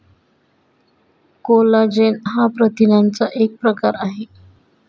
collagen हा प्रथिनांचा एक प्रकार आहे